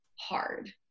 hard